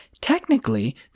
Technically